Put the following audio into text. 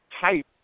type